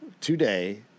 today